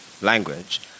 language